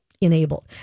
enabled